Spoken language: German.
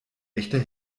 echter